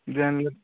ଜାଣିଗଲି